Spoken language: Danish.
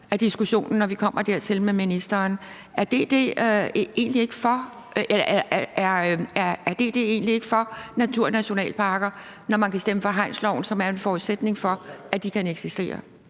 med ministeren, når vi kommer dertil. Er DD egentlig ikke for naturnationalparkerne, når man kan stemme for hegnsloven, som er en forudsætning for, at de kan eksistere?